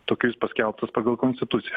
tokiais paskelbtus pagal konstituciją